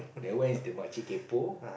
that one is the much kaypoh